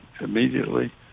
immediately